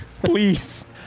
Please